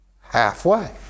halfway